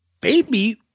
Baby